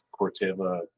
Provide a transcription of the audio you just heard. corteva